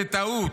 זאת טעות,